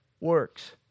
works